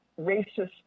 racist